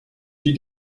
she